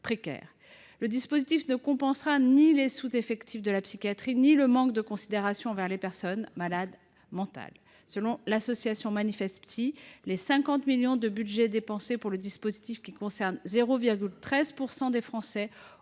précaires. Il ne compensera ni les sous effectifs de la psychiatrie ni le manque de considération envers les personnes malades mentales. Selon l’association Manifestepsy, les 50 millions d’euros de budget dépensés pour cette mesure, qui concerne 0,13 % des Français,